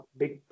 big